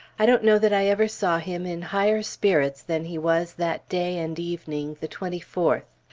i don't know that i ever saw him in higher spirits than he was that day and evening, the twenty fourth.